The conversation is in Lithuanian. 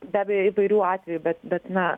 be abejo įvairių atvejų bet bet na